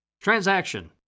Transaction